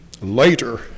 later